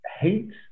hate